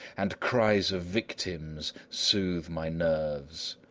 and cries of victims soothe my nerves.